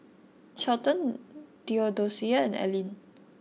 Shelton Theodocia and Aylin